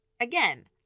Again